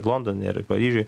londone ir paryžiuj